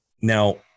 Now